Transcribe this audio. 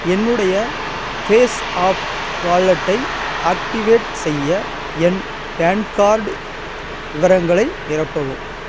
என்னுடைய பேஸாப் வாலெட்டை ஆக்டிவேட் செய்ய என் பேன் கார்டு விவரங்களை நிரப்பவும்